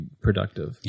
productive